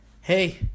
Hey